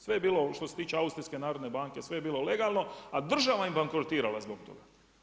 Sve je bilo što se tiče Austrijske narodne banke sve je bilo legalno a država im bankrotirala zbog toga.